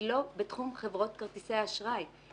היא לא בתחום חברות כרטיסי האשראי אלא